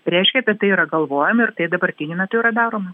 reiškia kad tai yra galvojama ir tai dabartiniu metu yra daroma